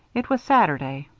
it was saturday.